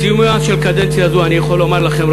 בסיומה של קדנציה זו אני יכול לומר לכם,